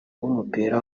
w’umupira